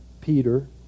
Peter